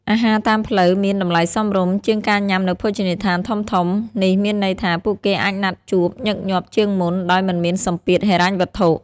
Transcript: អាហារតាមផ្លូវមាន តម្លៃសមរម្យ ជាងការញ៉ាំនៅភោជនីយដ្ឋានធំៗ នេះមានន័យថា ពួកគេអាចណាត់ជួបញឹកញាប់ជាងមុន ដោយមិនមានសម្ពាធហិរញ្ញវត្ថុ។